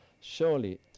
surely